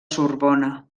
sorbona